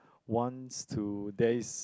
wants to there is